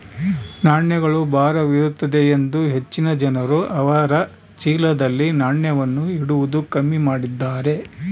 ನಾಣ್ಯಗಳು ಭಾರವಿರುತ್ತದೆಯೆಂದು ಹೆಚ್ಚಿನ ಜನರು ಅವರ ಚೀಲದಲ್ಲಿ ನಾಣ್ಯವನ್ನು ಇಡುವುದು ಕಮ್ಮಿ ಮಾಡಿದ್ದಾರೆ